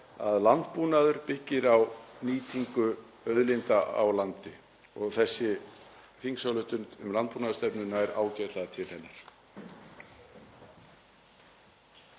að landbúnaður byggir á nýtingu auðlinda á landi og þessi þingsályktunartillaga um landbúnaðarstefnu nær ágætlega til hennar.